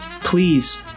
please